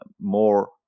more